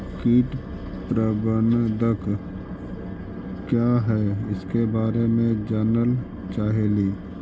कीट प्रबनदक क्या है ईसके बारे मे जनल चाहेली?